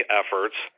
efforts